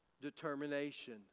determination